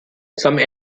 some